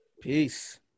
Peace